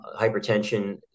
hypertension